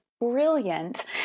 brilliant